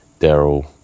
Daryl